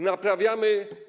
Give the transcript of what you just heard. Naprawiamy.